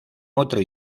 otro